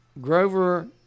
Grover